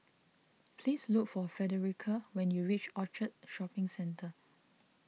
please look for Fredericka when you reach Orchard Shopping Centre